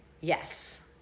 Yes